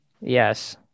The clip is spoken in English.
Yes